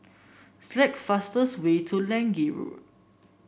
select the fastest way to Lange Road